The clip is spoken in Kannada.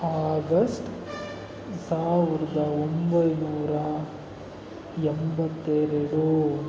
ಆಗಸ್ಟ್ ಸಾವಿರದ ಒಂಬೈನೂರ ಎಂಬತ್ತೆರೆಡು